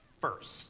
first